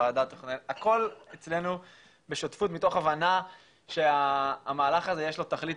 הכול אצלנו בשותפות מתוך הבנה שלמהלך הזה יש תכלית